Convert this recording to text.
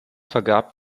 vergab